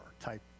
type